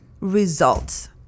results